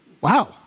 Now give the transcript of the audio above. Wow